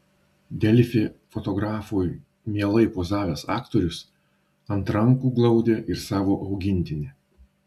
delfi fotografui mielai pozavęs aktorius ant rankų glaudė ir savo augintinį